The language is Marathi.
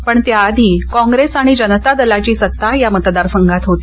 पण त्याआधी काँग्रेस आणि जनता दलाची सत्ता या मतदारसंघात होती